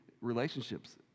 relationships